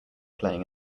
playing